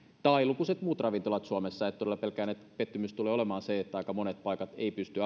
tai lukuisat muut ravintolat suomessa todella pelkään että tulee olemaan pettymys se että aika monet paikat eivät nyt pysty